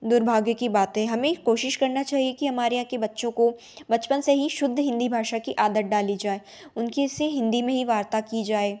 दुर्भाग्य की बात है हमें कोशिश करना चाहिए कि हमारे यहाँ के बच्चों को बचपन से ही शुद्ध हिन्दी भाषा की आदत डाली जाए उनके से हिन्दी में ही वार्ता की जाए